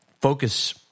focus